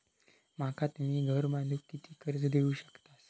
माका तुम्ही घर बांधूक किती कर्ज देवू शकतास?